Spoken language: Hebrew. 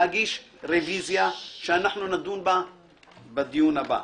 להגיש רביזיה שנדון בה בדיון הבא.